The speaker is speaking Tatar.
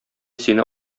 сине